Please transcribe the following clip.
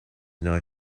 not